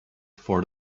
for